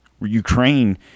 ukraine